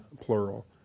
plural